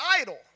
idol